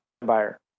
buyer